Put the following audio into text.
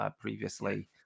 previously